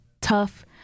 tough